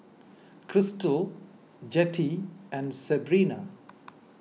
Krystle Jettie and Sebrina